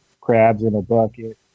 crabs-in-a-bucket